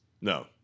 No